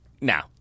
Now